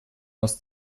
aus